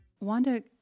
Wanda